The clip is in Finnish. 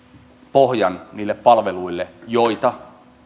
pohjan niille palveluille joita